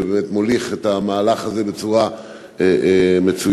שמוליך את המהלך הזה בצורה מצוינת,